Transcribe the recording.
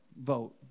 vote